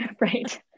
right